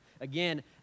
Again